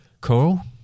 Coral